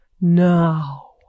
Now